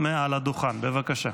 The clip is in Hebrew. ההצעה הבאה היא הצעת חוק הביטוח הלאומי